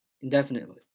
indefinitely